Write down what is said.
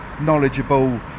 knowledgeable